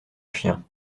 chiens